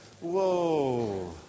Whoa